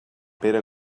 pere